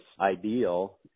ideal